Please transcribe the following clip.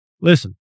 Listen